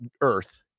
earth